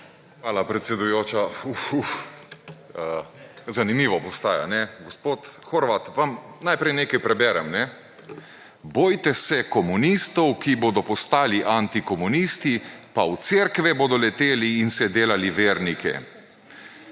Hvala, predsedujoča. Uf, zanimivo postaja. Gospod Horvat, vam najprej nekaj preberem: »Bojte se komunistov, ki bodo postali antikomunisti, pa v cerkve bodo leteli in se delali vernike.